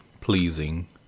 pleasing